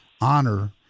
honor